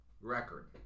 Record